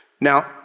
Now